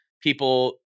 people